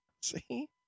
see